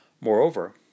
Moreover